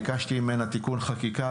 ביקשתי ממנה תיקון חקיקה,